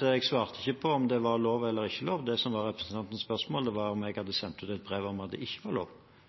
Jeg svarte ikke på om det var lov eller ikke lov. Representantens spørsmål var om jeg hadde sendt ut et brev om at det ikke var lov. Det var representantens spørsmål.